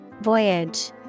Voyage